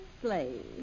slave